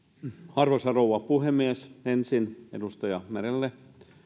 arvoisa rouva puhemies ensin edustaja merelle